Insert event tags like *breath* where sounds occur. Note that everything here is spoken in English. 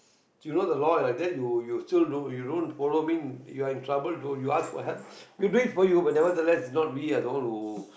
you know the law then you you still don't you don't follow mean you're in trouble you know you ask for help *breath* we'll do it for you but nevertheless it's not we as the one who